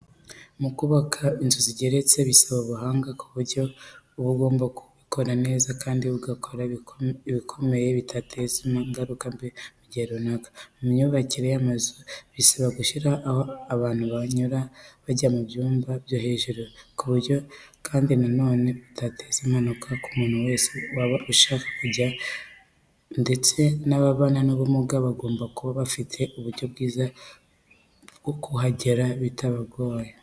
Mu kubaka inzu zigeretse bisaba ubuhanga ku buryo uba ugomba kubikora neza kandi ugakora ibikomeye bitazateza ingaruka mbi mu gihe runaka. Mu myubakire y'amazu bisaba gushyiraho aho abantu banyura bajya mu byumba byo hejuru ku buryo kandi na none butateza impanuka ku muntu wese waba ushaka kujya ndetse n'ababana n'ubumuga bagomba kuba bafite uburyo bwiza bwo kuhagera bitabagoye.